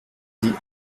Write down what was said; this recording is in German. die